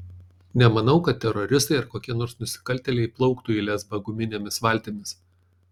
nemanau kad teroristai ar kokie nors nusikaltėliai plauktų į lesbą guminėmis valtimis